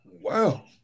Wow